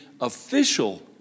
official